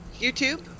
YouTube